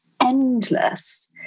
endless